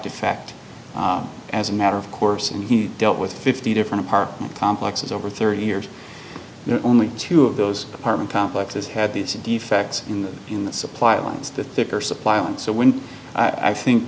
fact as a matter of course and you dealt with fifty different apartment complexes over thirty years there only two of those apartment complexes had these defects in the in the supply lines the theater supply and so when i think